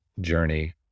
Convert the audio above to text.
journey